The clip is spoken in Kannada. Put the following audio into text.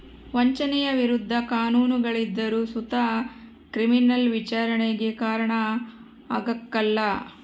ವಂಚನೆಯ ವಿರುದ್ಧ ಕಾನೂನುಗಳಿದ್ದರು ಸುತ ಕ್ರಿಮಿನಲ್ ವಿಚಾರಣೆಗೆ ಕಾರಣ ಆಗ್ಕಲ